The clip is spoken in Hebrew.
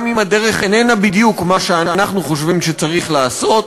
גם אם הדרך איננה בדיוק מה שאנחנו חושבים שצריך לעשות.